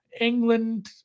England